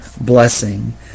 blessing